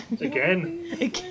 Again